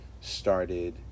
started